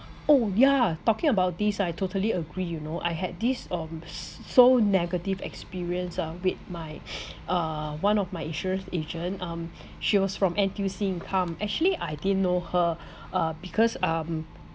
oh yeah talking about this I totally agree you know I had this um s~ so negative experience uh with my uh one of my insurance agent um she was from N_T_U_C income actually I didn't know her uh because um